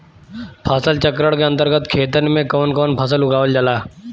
फसल चक्रण के अंतर्गत खेतन में कवन कवन फसल उगावल जाला?